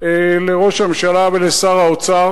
לראש הממשלה ולשר האוצר